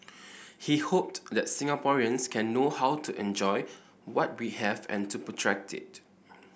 he hoped that Singaporeans can know how to enjoy what we have and to protect it